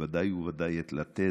ובוודאי ובוודאי מכבד את לתת